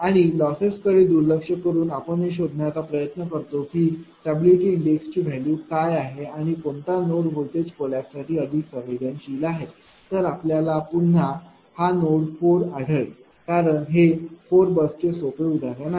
आणि लॉसेसकडे दुर्लक्ष करून आपण हे शोधण्याचा प्रयत्न करतो की स्टॅबिलिटी इंडेक्स ची व्हॅल्यू काय आहे आणि कोणता नोड व्होल्टेज कोलैप्ससाठी अधिक संवेदनशील असेल तर आपल्याला पुन्हा हा नोड 4 आढळेल कारण हे 4 बसचे सोपे उदाहरण आहे